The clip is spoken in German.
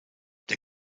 der